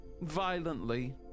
Violently